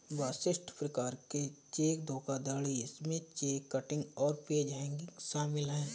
विशिष्ट प्रकार के चेक धोखाधड़ी में चेक किटिंग और पेज हैंगिंग शामिल हैं